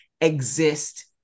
exist